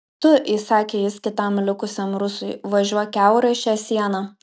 tu įsakė jis kitam likusiam rusui važiuok kiaurai šią sieną